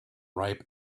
ripe